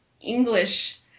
English